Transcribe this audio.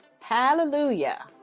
Hallelujah